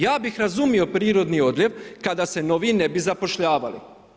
Ja bih razumio prirodni odljev kada se novi ne bi zapošljavali.